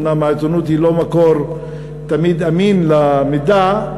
אומנם העיתונות היא לא מקור אמין תמיד למידע,